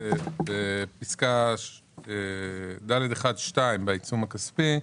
בפסקה (ד1)(2), העיצום הכספי.